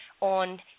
on